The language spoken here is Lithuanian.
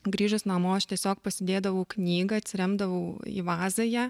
grįžus namo aš tiesiog pasidėdavau knygą atsiremdavau į vazą ją